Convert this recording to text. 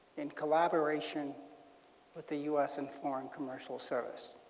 in collaboration with the u s. and foreign commercial service.